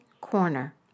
corner